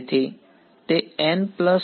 વિદ્યાર્થી